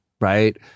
right